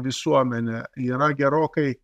visuomenę yra gerokai